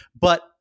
But-